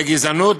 לגזענות,